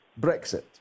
Brexit